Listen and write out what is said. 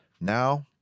Now